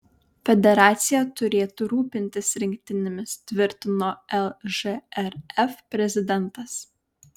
federacija turėtų rūpintis rinktinėmis tvirtino lžrf prezidentas